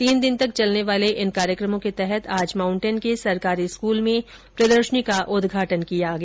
तीन दिन तक चलने वाले इन कार्यकर्मों के तहत आज माउंटेन के सरकारी स्कूल में प्रदर्शनी का उदघाटन किया गया